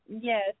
Yes